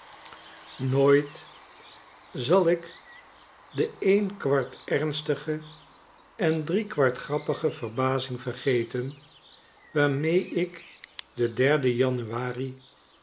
nooit zal ik de een kwart ernstige en drie kwart grappige verbazing vergeten waarraee ik den derden januari